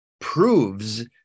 proves